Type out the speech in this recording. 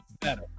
better